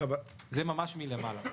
זה ממש מלמעלה.